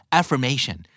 affirmation